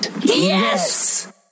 Yes